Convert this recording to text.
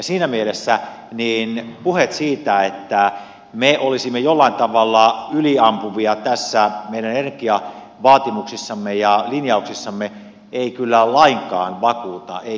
siinä mielessä puheet siitä että me olisimme jollain tavalla yliampuvia meidän energiavaatimuksissamme ja linjauksissamme eivät kyllä lainkaan vakuuta ei kerta kaikkiaan